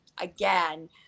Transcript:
again